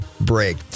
break